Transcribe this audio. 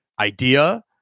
idea